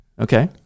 Okay